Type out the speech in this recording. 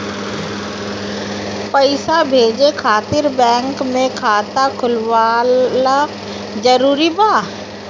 पईसा भेजे खातिर बैंक मे खाता खुलवाअल जरूरी बा?